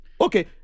okay